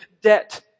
debt